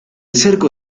cerco